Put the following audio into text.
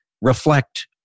reflect